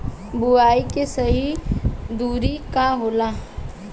बुआई के सही दूरी का होला?